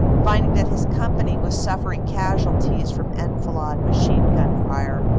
finding that his company was suffering casualties from enfilade machine-gun fire,